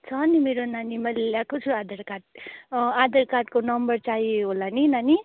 छ नि मेरो नानी मैले ल्याएको छु आधार कार्ड आधार कार्डको नम्बर चाहियो होला नि नानी